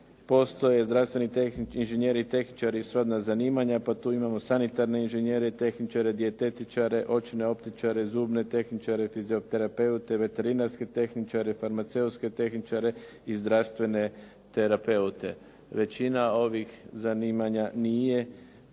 postoje zdravstveni inženjeri i tehničari i srodna zanimanja, pa tu imamo sanitarne inženjere, tehničare, dijetetičare, očne optičare, zubne tehničare, fizioterapeute, veterinarske tehničare, farmaceutske tehničare i zdravstvene terapeute. Većina ovih zanimanja nije